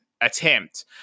attempt